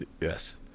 Yes